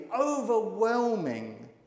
overwhelming